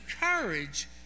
courage